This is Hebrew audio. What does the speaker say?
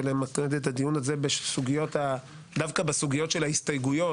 למקד את הדיון הזה דווקא בסוגיות של ההסתייגויות,